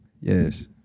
Yes